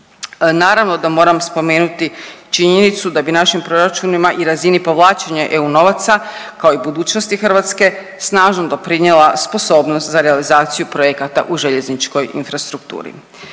Naravno da moram spomenuti činjenicu da bi našim proračunima i razini povlačenja EU novaca kao i budućnosti Hrvatske snažno doprinijela sposobnost za realizaciju projekata u željezničkoj infrastrukturi.